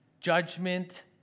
Judgment